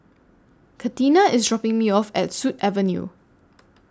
Katina IS dropping Me off At Sut Avenue